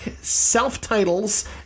self-titles